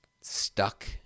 stuck